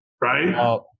Right